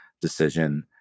decision